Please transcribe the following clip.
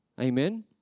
Amen